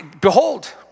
behold